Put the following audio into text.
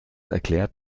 erklärt